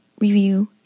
review